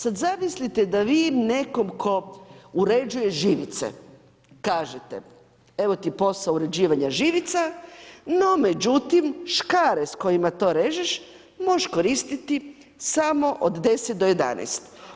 Sad zamislite da vi nekom tko uređuje živice kažete evo ti posao uređivanja živica, no međutim škare sa kojima to režeš možeš koristiti samo od 10 do 11.